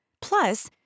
Plus